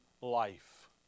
life